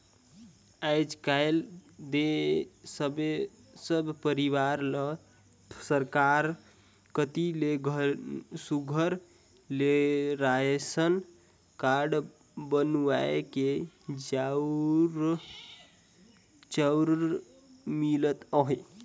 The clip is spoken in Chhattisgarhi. आएज काएल दो सब परिवार ल सरकार कती ले सुग्घर ले रासन कारड बनुवाए के चाँउर मिलत अहे